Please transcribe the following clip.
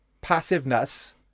passiveness